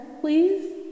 please